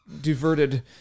diverted